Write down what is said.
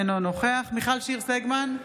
אינו נוכח מיכל שיר סגמן,